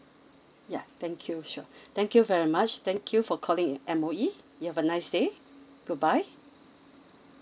ya thank you sure thank you very much thank you for calling M_O_E you have a nice day goodbye